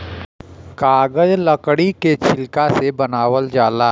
कागज लकड़ी के छिलका से बनावल जाला